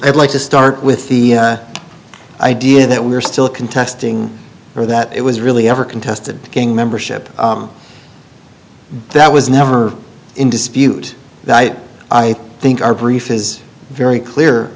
i'd like to start with the idea that we're still contesting or that it was really ever contested gang membership that was never in dispute i think our brief is very clear